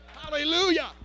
Hallelujah